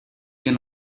can